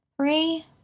three